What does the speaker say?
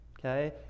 Okay